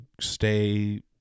stay –